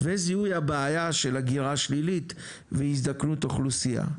וזיהוי הבעיה של הגירה שלילית והזדקנות אוכלוסייה.